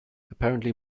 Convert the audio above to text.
apparently